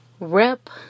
Rep